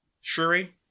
Shuri